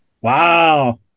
Wow